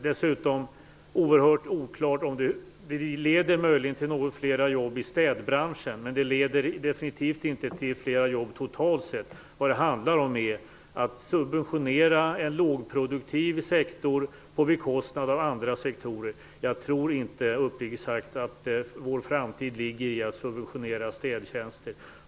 Den leder möjligen till något fler jobb i städbranschen, men den leder definitivt inte till fler jobb totalt sett. Vad det handlar om är att subventionera en lågproduktiv sektor på bekostnad av andra sektorer. Jag tror uppriktigt sagt inte att vår framtid ligger i att subventionera städtjänster.